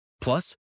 Plus